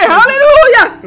Hallelujah